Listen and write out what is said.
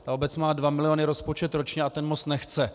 Ta obec má dva miliony rozpočet ročně a ten most nechce.